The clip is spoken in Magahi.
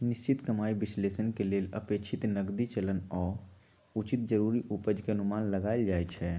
निश्चित कमाइ विश्लेषण के लेल अपेक्षित नकदी चलन आऽ उचित जरूरी उपज के अनुमान लगाएल जाइ छइ